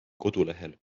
kodulehel